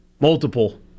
multiple